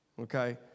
okay